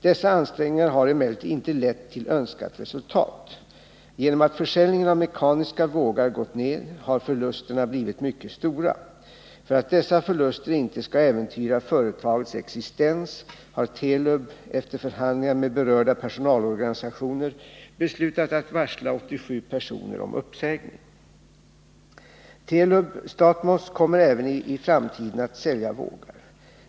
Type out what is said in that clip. Dessa ansträngningar har emellertid inte lett till önskat resultat. Genom att försäljningen av mekaniska vågar gått ned har förlusterna blivit mycket stora. För att dessa förluster inte skall äventyra företagets existens har Telub efter förhandlingar med berörda personalorganisationer beslutat att varsla 87 personer om uppsägning. Telub-Stathmos kommer även i framtiden att sälja vågar.